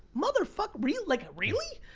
motherfuck, really, like, really?